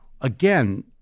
again